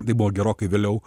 tai buvo gerokai vėliau